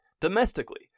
Domestically